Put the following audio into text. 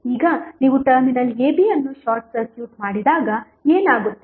ಈಗ ನೀವು terminal ab ಅನ್ನು ಶಾರ್ಟ್ ಸರ್ಕ್ಯೂಟ್ ಮಾಡಿದಾಗ ಏನಾಗುತ್ತದೆ